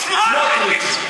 סמוֹטריץ.